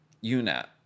unit